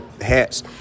hats